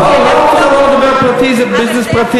לא לא, אף אחד לא דיבר על פרטי, זה ביזנס פרטי.